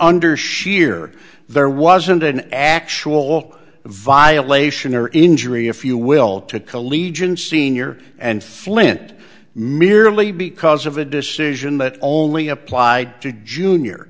under sheer there wasn't an actual violation or injury if you will to collegian sr and flynt merely because of a decision that only applied to junior